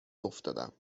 افتادم